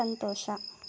ಸಂತೋಷ